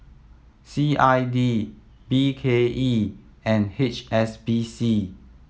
C I D B K E and H S B C